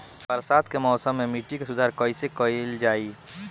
बरसात के मौसम में मिट्टी के सुधार कइसे कइल जाई?